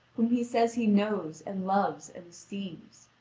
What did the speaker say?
whom he says he knows, and loves, and esteems.